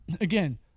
Again